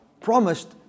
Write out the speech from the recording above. promised